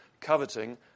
coveting